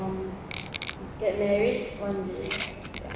um get married one day